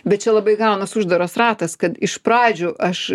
bet čia labai gaunas uždaras ratas kad iš pradžių aš